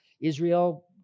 Israel